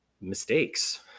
mistakes